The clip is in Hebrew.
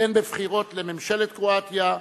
הן בבחירות לממשלת קרואטיה,